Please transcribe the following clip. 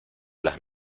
las